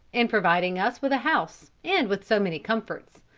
in providing us with a house and with so many comforts.